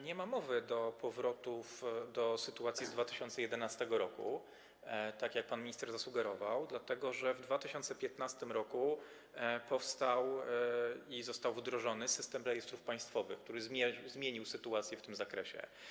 Nie ma mowy o powrocie do sytuacji z 2011 r., tak jak pan minister zasugerował, dlatego że w 2015 r. powstał i został wdrożony System Rejestrów Państwowych, który zmienił sytuację w tym zakresie.